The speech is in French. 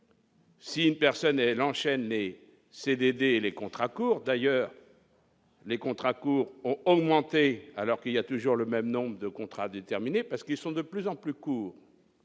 d'une vie. Si enchaîné CDD les contrats courts d'ailleurs. Les contrats courts ont augmenté alors qu'il y a toujours le même nombre de contrats déterminés parce qu'ils sont de plus en plus courts.